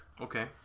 Okay